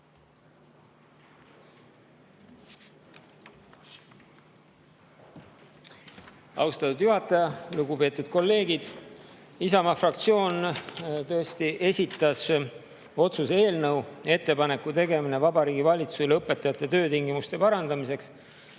Austatud juhataja! Lugupeetud kolleegid! Isamaa fraktsioon tõesti esitas otsuse "Ettepaneku tegemine Vabariigi Valitsusele õpetajate töötingimuste parandamiseks"